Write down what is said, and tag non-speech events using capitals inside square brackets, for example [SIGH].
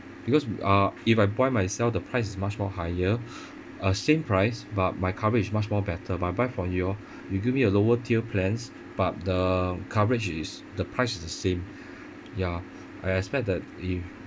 because we uh if I buy myself the price is much more higher [BREATH] uh same price but my coverage is much more better but I buy from you all [BREATH] you give me a lower tier plans but the coverage is the price is the same [BREATH] ya I expect that you if